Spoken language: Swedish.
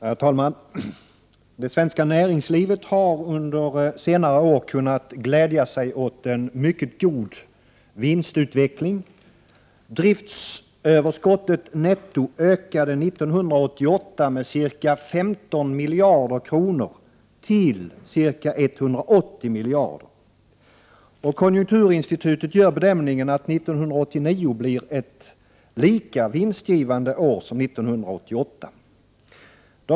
Herr talman! Det svenska näringslivet har under senare år kunnat glädja sig åt en mycket god vinstutveckling. Driftsöverskottet netto ökade år 1988 med ca 15 miljarder kronor till ca 180 miljarder. Konjunkturinstitutet gör bedömningen att 1989 blir ett lika vinstgivande år som 1988.